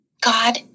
God